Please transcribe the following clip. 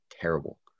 terrible